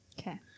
Okay